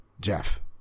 jeff